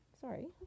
Sorry